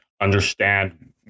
understand